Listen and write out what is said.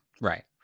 Right